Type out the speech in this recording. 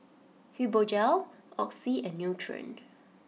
Fibogel Oxy and Nutren